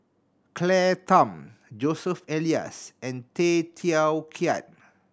Claire Tham Joseph Elias and Tay Teow Kiat